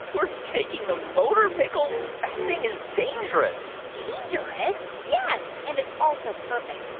we're taking the motor pickle? that thing is dangerous dangerous? yes. and it's also perfect.